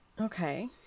Okay